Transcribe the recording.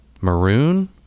maroon